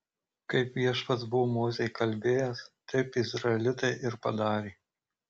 kaip viešpats buvo mozei kalbėjęs taip izraelitai ir padarė